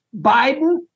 Biden